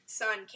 son